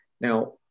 now